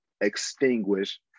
extinguish